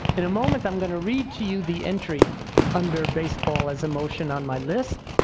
in a moment i'm gonna read to you the entry under baseball as emotion on my list.